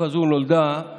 הצבעה רק מהמקומות,